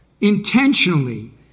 intentionally